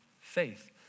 faith